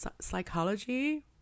psychology